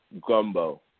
gumbo